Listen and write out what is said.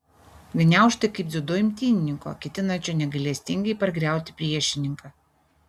gniaužtai kaip dziudo imtynininko ketinančio negailestingai pargriauti priešininką